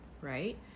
right